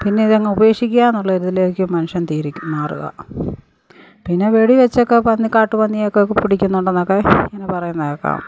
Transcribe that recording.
പിന്നെ ഇതങ്ങ് ഉപേക്ഷിക്കുക എന്നുള്ള ഒരു ഇതിലേക്ക് മനുഷ്യൻ മാറുക പിന്നെ വെടിവെച്ചൊക്കെ പന്നി കാട്ടുപന്നിയെ ഒക്കെ പിടിക്കുന്നുണ്ടെന്നൊക്കെ ഇങ്ങനെ പറയുന്നത് കേൾക്കാം